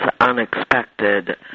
unexpected